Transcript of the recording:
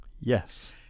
Yes